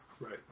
Right